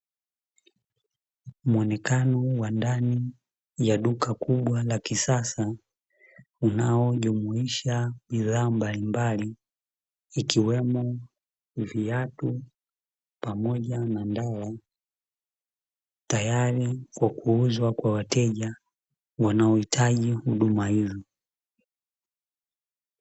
Muonekano wa ndani ya duka kubwa la kisasa, unaojumuisha bidhaa mbalimbali ikiwemo viatu pamoja na ndala, tayari kwa kuuzwa kwa wateja wanaohitaji huduma hizo.